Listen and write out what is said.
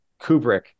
Kubrick